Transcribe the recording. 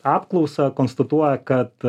apklausą konstatuoja kad